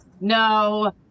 No